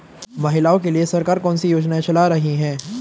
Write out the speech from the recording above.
महिलाओं के लिए सरकार कौन सी योजनाएं चला रही है?